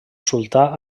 sultà